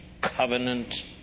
covenant